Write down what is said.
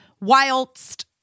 whilst